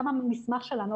גם המסמך שלנו,